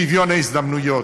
שוויון ההזדמנויות.